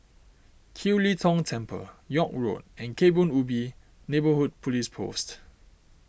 Kiew Lee Tong Temple York Road and Kebun Ubi Neighbourhood Police Post